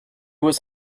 was